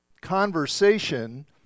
conversation